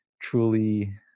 truly